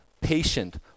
patient